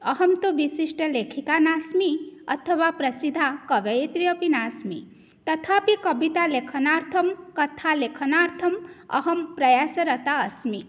अहं तु विशिष्टलेखिका नास्मि अथवा प्रसिद्धा कवयित्री अपि नास्मि तथापि कवितालेखनार्थं कथालेखनार्थम् अहं प्रयासरता अस्मि